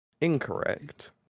Incorrect